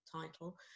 title